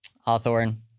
Hawthorne